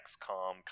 XCOM